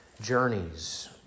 journeys